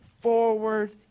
forward